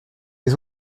les